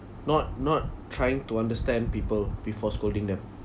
not not trying to understand people before scolding them